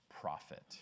profit